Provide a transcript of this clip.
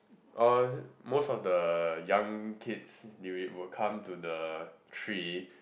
all most of the young kids they would come to the tree